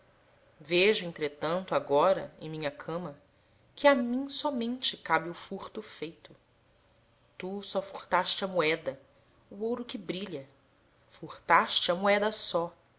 vejo entretanto agora em minha cama que a mim somente cabe o furto feito tu só furtaste a moeda o ouro que brilha furtaste a moeda só